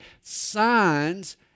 signs